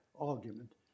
argument